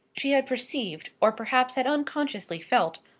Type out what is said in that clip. she had perceived, or perhaps had unconsciously felt,